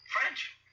French